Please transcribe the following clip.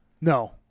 no